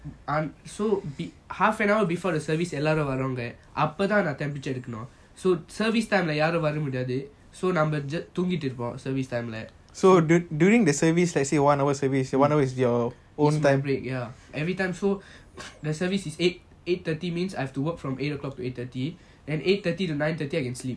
and so half an hour before the service எல்லாரும் வருவாங்க அப்போதான் நான்:ellarum varuvanga apothaan naan temperature எடுக்கணும்:yeadukanum so service time யாரும் வர முடியாது:yaarum vara mudiyathu service time right own time break ya everytime so their service is eight eight thirty means I have to work from eight O clock to eight thirty then eight thirty to nine thirty I can sleep